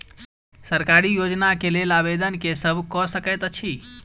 सरकारी योजना केँ लेल आवेदन केँ सब कऽ सकैत अछि?